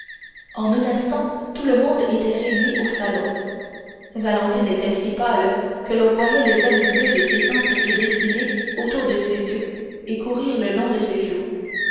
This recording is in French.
en un instant tout le monde était réuni au salon valentine était si pâle que l'on voyait les veines bleues de ses tempes se dessiner autour de ses yeux et courir le long de ses joues